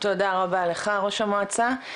תודה רבה לך ראש המועצה,